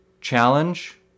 challenge